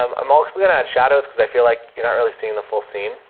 um i'm also going to add shadows cause i feel like you're not really seeing the full scene